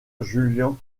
julian